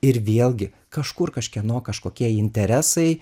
ir vėlgi kažkur kažkieno kažkokie interesai